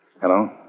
Hello